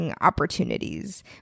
opportunities